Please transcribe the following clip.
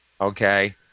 okay